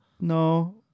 No